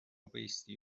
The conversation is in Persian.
بایستی